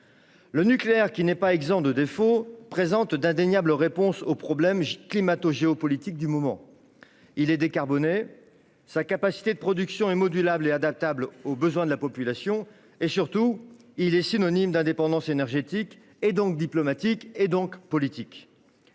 Le nucléaire, qui n'est pas exempt de défauts, fournit d'indéniables réponses aux problèmes climato-géopolitiques du moment : il est décarboné, sa capacité de production est modulable et adaptable aux besoins de la population et, surtout, il est synonyme d'indépendance énergétique et, partant, diplomatique et politique.